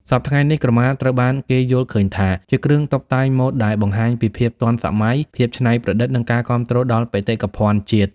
សព្វថ្ងៃនេះ ក្រមាត្រូវបានគេយល់ឃើញថាជាគ្រឿងតុបតែងម៉ូដដែលបង្ហាញពីភាពទាន់សម័យ ភាពច្នៃប្រឌិត និងការគាំទ្រដល់បេតិកភណ្ឌជាតិ ។